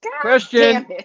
Question